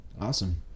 Awesome